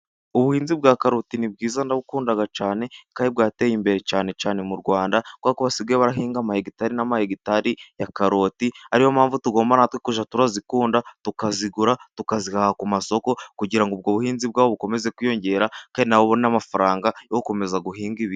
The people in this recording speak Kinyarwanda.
Ubuhinzi bwa karoti ni bwiza ndabukunda cyane, kandi bwateye imbere, cyane cyane mu Rwanda. kubera ko basigaye barahinga amahegitari n'amahegitari ya karoti. Ariyo mpamvu tugomba na twe kujya turazikunda, tukazigura, tukazihaha ku masoko, kugira ngo ubwo buhinzi bwabo bukomeze kwiyongera. Kandi na bo babone amafaranga yo gukomeza guhinga ibindi.